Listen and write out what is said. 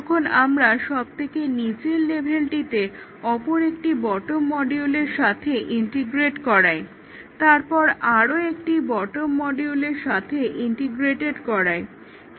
তখন আমরা সবথেকে নিচের লেভেলটিকে অপর একটি বটম মডিউলের সাথে ইন্টিগ্রেট করাই তারপর আরো একটি বটম মডিউলের সাথে ইন্টিগ্রেটেড করাই ইত্যাদি